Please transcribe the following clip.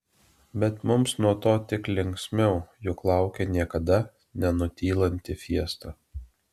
bet mums nuo to tik linksmiau juk laukia niekada nenutylanti fiesta